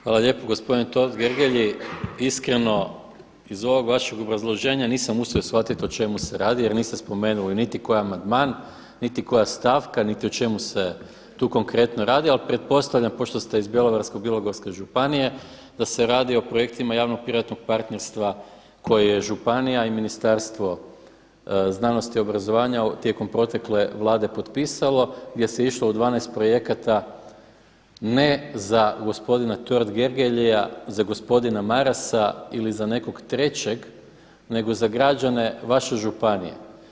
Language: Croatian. Hvala lijepo gospodine Totgergeli, iskreno iz ovog vašeg obrazloženja nisam uspio shvatiti jer niste spomenuli niti koji amandman niti koja stavka niti o čemu se tu konkretno radi ali pretpostavljam pošto ste iz Bjelovarsko-bilogorske županije da se radi o projektima javno-privatnog partnerstva koje je županija i Ministarstvo znanosti i obrazovanja tijekom protekle Vlade potpisalo gdje se išlo u 12 projekata ne za gospodina Totgergelija, za gospodina Marasa ili za nekog trećeg nego za građane vaše županije.